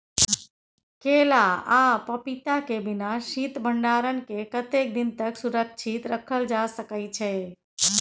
केला आ पपीता के बिना शीत भंडारण के कतेक दिन तक सुरक्षित रखल जा सकै छै?